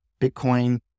bitcoin